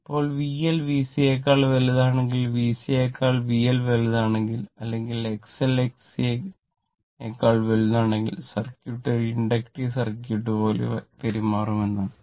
ഇപ്പോൾ VL VC യേക്കാൾ വലുതാണെങ്കിൽ VC യേക്കാൾ VL വലുതാണെങ്കിൽ അല്ലെങ്കിൽ XL XC നേക്കാൾ വലുതാണെങ്കിൽ സർക്യൂട്ട് ഒരു ഇൻഡക്റ്റീവ് സർക്യൂട്ട് പോലെ പെരുമാറും എന്നാണ്